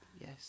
yes